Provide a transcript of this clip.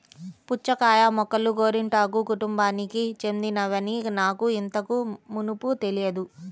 పుచ్చకాయ మొక్కలు గోరింటాకు కుటుంబానికి చెందినవని నాకు ఇంతకు మునుపు తెలియదు